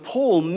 Paul